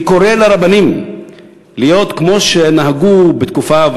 אני קורא לרבנים להיות כמו שנהגו בתקופה,